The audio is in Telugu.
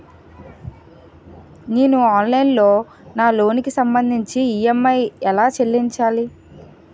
నేను ఆన్లైన్ లో నా లోన్ కి సంభందించి ఈ.ఎం.ఐ ఎలా చెల్లించాలి?